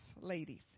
ladies